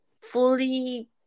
fully